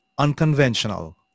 unconventional